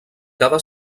cada